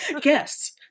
Guess